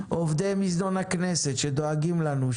עובדי מזנון הכנסת שדואגים לנו,